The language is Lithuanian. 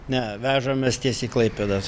ne vežam mes tiesiai į klaipėdos